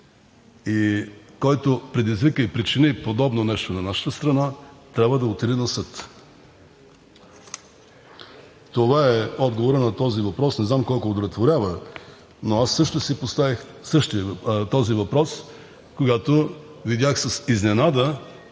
Който предизвика и причини подобно нещо на нашата страна, трябва да отиде на съд. Това е отговорът на този въпрос. Не знам колко удовлетворява, но аз също си поставих този въпрос, когато видях с изненада